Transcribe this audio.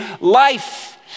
life